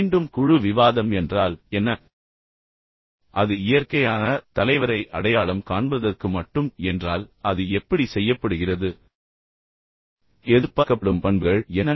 மீண்டும் குழு விவாதம் என்றால் என்ன அது இயற்கையான தலைவரை அடையாளம் காண்பதற்கு மட்டும் என்றால் அது எப்படி செய்யப்படுகிறது எதிர்பார்க்கப்படும் பண்புகள் என்ன